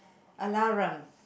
allowance